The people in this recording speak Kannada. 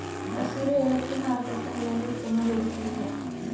ಹಸಿರು ಏಲಕ್ಕಿ ಮಾರುಕಟ್ಟೆಗಳಲ್ಲಿ ಉತ್ತಮ ಬೇಡಿಕೆಯಿದೆ